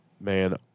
man